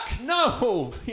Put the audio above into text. no